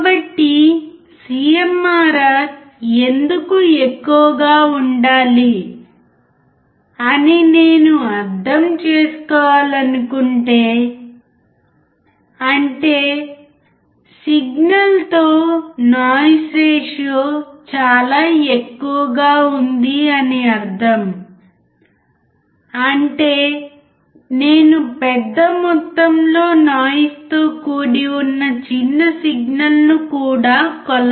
కాబట్టి CMRR ఎందుకు ఎక్కువగా ఉండాలి అని నేను అర్థం చేసుకోవాలనుకుంటే అంటే సిగ్నల్ తో నాయిస్ రేషియో చాలా ఎక్కువ గా ఉంది అని అర్థం అంటే నేను పెద్ద మొత్తంలో నాయిస్ తో కూడి ఉన్న చిన్న సిగ్నల్ను కూడా కొలవగలను